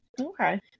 Okay